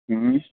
हूं